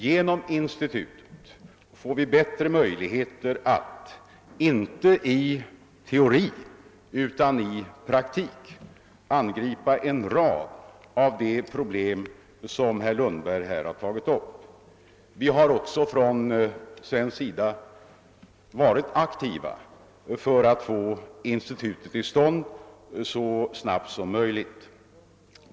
Genom detta institut får vi bättre möjligheter att inte bara i teorin utan också i praktiken angripa en rad av de problem som herr Lundberg nu tagit upp. Vi har också från svenskt håll varit aktiva för att få till stånd institutet så snabbt som möjligt.